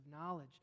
knowledge